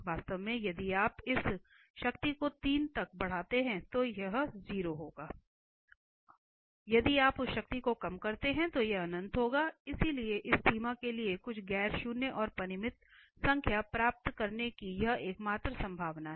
वास्तव में यदि आप इस शक्ति को 3 तक बढ़ाते है तो यह 0 होगा यदि आप उस शक्ति को कम करते हैं तो यह अनंत होगा इसलिए इस सीमा के लिए कुछ गैर शून्य और परिमित संख्या प्राप्त करने की यह एकमात्र संभावना है